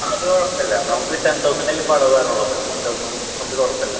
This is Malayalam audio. ആ അത് കുഴപ്പമില്ല നമുക്ക് ടെൻ തൗസൻഡ് അല്ലേ ഇപ്പോൾ അടവ് വരുന്നുള്ളൂ അപ്പം ടെൻ തൗസൻഡ് ഒക്കെ കുഴപ്പമില്ല